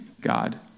God